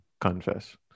confess